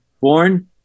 born